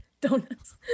Donuts